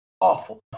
awful